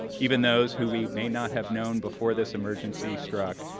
even those who we may not have known before this emergency struck,